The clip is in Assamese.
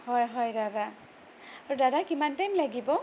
হয় হয় দাদা আৰু দাদা কিমান টাইম লাগিব